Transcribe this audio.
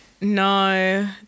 No